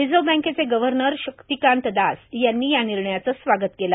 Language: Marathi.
रिजर्व्ह बँकेचे गव्हर्नर शक्तिकांत दास यांनी या निर्णयाचं स्वागत केलं